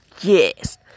Yes